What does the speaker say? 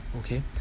Okay